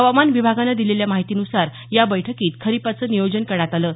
हवामान विभागानं दिलेल्या माहितीन्सार या बैठकीत खरीपाचं नियोजन करण्यात आलं आहे